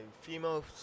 female